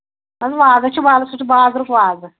وازَے چھُ وَلہٕ سُہ چھِ بازرُک وازٕ